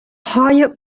higher